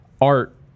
art